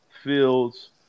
Fields